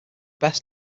best